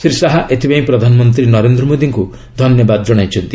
ଶ୍ରୀ ଶାହା ଏଥିପାଇଁ ପ୍ରଧାନମନ୍ତ୍ରୀ ନରେନ୍ଦ୍ର ମୋଦୀଙ୍କୁ ଧନ୍ୟବାଦ ଜଣାଇଛନ୍ତି